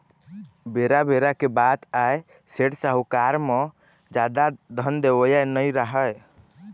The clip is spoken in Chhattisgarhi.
बेरा बेरा के बात आय सेठ, साहूकार म जादा धन देवइया नइ राहय